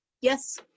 Yes